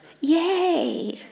Yay